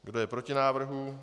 Kdo je proti návrhu?